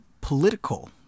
political